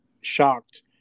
shocked